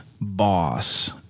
boss